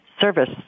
service